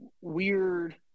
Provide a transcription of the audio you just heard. weird